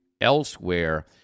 elsewhere